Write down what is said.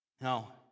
Now